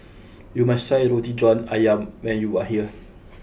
you must try Roti John Ayam when you are here